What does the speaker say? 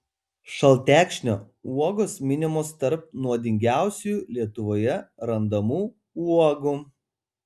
šaltekšnio uogos minimos tarp nuodingiausių lietuvoje randamų uogų